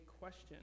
question